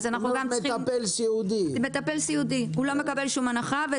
מטפל סיעודי לא מקבל הנחה.